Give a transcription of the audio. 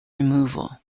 removal